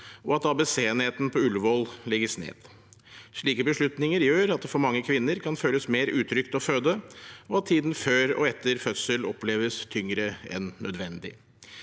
og at ABCenheten på Ullevål legges ned. Slike beslutninger gjør at det for mange kvinner kan føles mer utrygt å føde, og at tiden før og etter fødsel oppleves tyngre enn nødvendig.